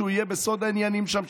שהוא יהיה בסוד העניינים שם,